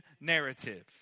narrative